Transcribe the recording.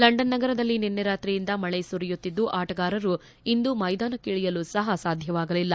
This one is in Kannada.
ಲಂಡನ್ ನಗರದಲ್ಲಿ ನಿನೈ ರಾತ್ರಿಯಿಂದ ಮಳೆ ಸುರಿಯುತ್ತಿದ್ದು ಆಟಗಾರರು ಇಂದು ಮೈದಾನಕ್ಕಳಿಯಲು ಸಹ ಸಾಧ್ಯವಾಗಲಿಲ್ಲ